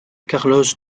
carlos